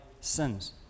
sins